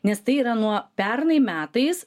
nes tai yra nuo pernai metais